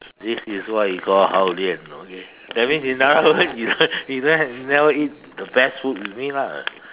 this is what we call hao-lian you know okay that means in other words you you you don't have you never you never eat the best food with me lah